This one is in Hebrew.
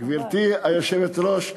גברתי היושבת-ראש,